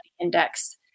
index